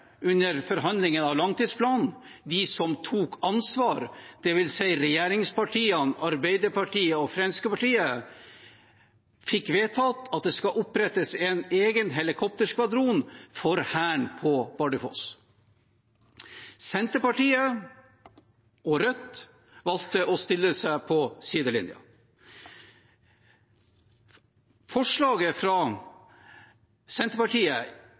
under forhandlingen av langtidsplanen – de som tok ansvar, dvs. regjeringspartiene, Arbeiderpartiet og Fremskrittspartiet – fikk vedtatt at det skal opprettes en egen helikopterskvadron for Hæren på Bardufoss. Senterpartiet og Rødt valgte å stille seg på sidelinjen. Forslaget fra Senterpartiet